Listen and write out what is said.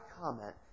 comment